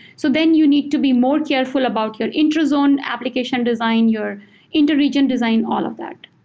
so then you need to be more careful about your inter-zone application design, your inter-region design, all of that.